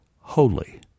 holy